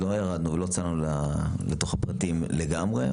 לא ירדנו או צללנו לתוך הפרטים לגמרי,